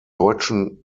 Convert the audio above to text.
deutschen